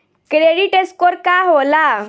Credit score का होला?